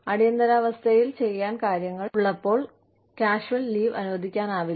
അടിയന്തരാവസ്ഥയിൽ ചെയ്യാൻ കാര്യങ്ങൾ ഉള്ളപ്പോൾ കാഷ്വൽ ലീവ് അനുവദിക്കാനാവില്ല